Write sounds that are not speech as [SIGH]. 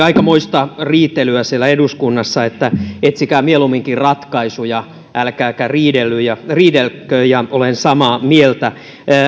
[UNINTELLIGIBLE] aikamoista riitelyä siellä eduskunnassa että etsikää mieluumminkin ratkaisuja älkääkä riidelkö olen samaa mieltä